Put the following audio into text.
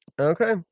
Okay